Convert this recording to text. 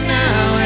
now